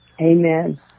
Amen